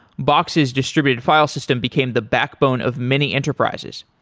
box's distributed file system became the backbone of many enterprises.